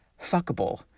fuckable